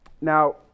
Now